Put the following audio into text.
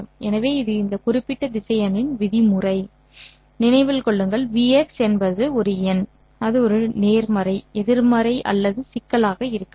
எனவே இது இந்த குறிப்பிட்ட திசையனின் விதிமுறை நினைவில் கொள்ளுங்கள் vx என்பது ஒரு எண் அது நேர்மறை எதிர்மறை அல்லது சிக்கலானதாக இருக்கலாம்